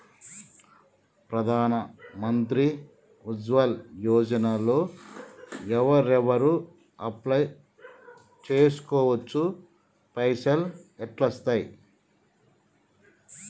ప్రధాన మంత్రి ఉజ్వల్ యోజన లో ఎవరెవరు అప్లయ్ చేస్కోవచ్చు? పైసల్ ఎట్లస్తయి?